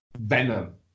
venom